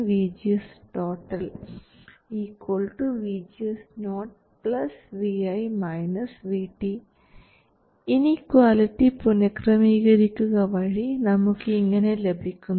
VGS0 vi VT inequality പുനഃക്രമീകരിക്കുക വഴി നമുക്ക് ഇങ്ങനെ ലഭിക്കുന്നു